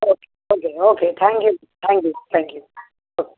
okay okay okay thank you thank you thank you oh